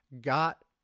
Got